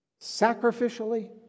Sacrificially